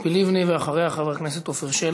חברת הכנסת ציפי לבני, ואחריה, חבר הכנסת עפר שלח.